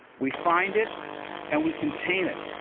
we find it and we contain it.